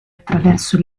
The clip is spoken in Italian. attraverso